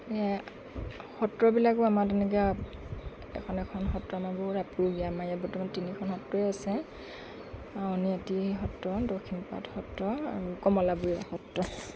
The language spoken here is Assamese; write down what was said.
এই সত্ৰবিলাকো আমাৰ তেনেকৈ এখন এখন সত্ৰ আমাৰ বহুত আপুৰুগীয়া আমাৰ ইয়াত বৰ্তমান তিনিখন সত্ৰই আছে আউনীআটি সত্ৰ দক্ষিণপাট সত্ৰ আৰু কমলাবাৰী সত্ৰ